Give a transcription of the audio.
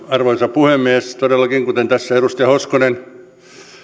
arvoisa puhemies todellakin kuten tässä edustaja hoskonen